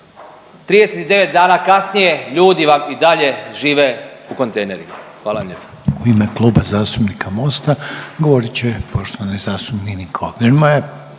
1139 dana kasnije ljudi vam i dalje žive u kontejnerima. Hvala lijepa.